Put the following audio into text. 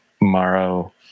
Morrow